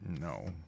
No